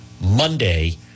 Monday